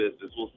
business